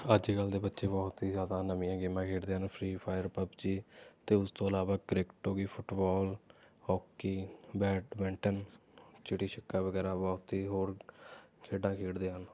ਅੱਜ ਕੱਲ੍ਹ ਦੇ ਬੱਚੇ ਬਹੁਤ ਹੀ ਜ਼ਿਆਦਾ ਨਵੀਆਂ ਗੇਮਾਂ ਖੇਡਦੇ ਹਨ ਫ੍ਰੀ ਫਾਇਰ ਪੱਬਜੀ ਅਤੇ ਉਸ ਤੋਂ ਇਲਾਵਾ ਕ੍ਰਿਕਟ ਹੋ ਗਈ ਫੁੱਟਬੋਲ ਹੋਕੀ ਬੈਡਮਿੰਟਨ ਚਿੱੜੀ ਛਿੱਕਾ ਵਗੈਰਾ ਬਹੁਤ ਹੀ ਹੋਰ ਖੇਡਾਂ ਖੇਡਦੇ ਹਨ